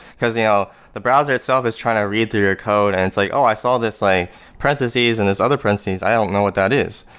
because you know the browser itself is trying to read through your code and it's like, oh, i saw this parentheses and this other parentheses. i don't know what that is.